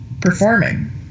performing